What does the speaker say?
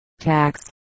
tax